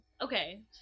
Okay